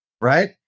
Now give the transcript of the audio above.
right